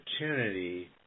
opportunity